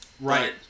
right